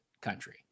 country